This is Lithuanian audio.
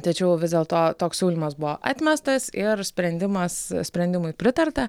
tačiau vis dėlto toks siūlymas buvo atmestas ir sprendimas sprendimui pritarta